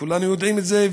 כולנו יודעים את זה,